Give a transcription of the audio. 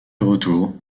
retour